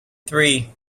three